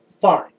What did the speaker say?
fine